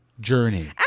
Journey